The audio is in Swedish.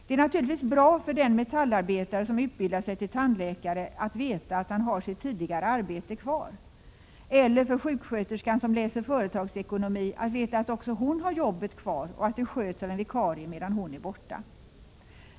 Det är naturligtvis bra för den metallarbetare som utbildar sig till tandläkare att veta att han har sitt tidigare arbete kvar, eller för sjuksköterskan som läser företagsekonomi att veta att hon också har jobbet kvar och att det sköts av en vikarie medan hon är borta.